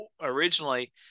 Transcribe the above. originally